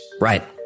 Right